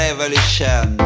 Revolution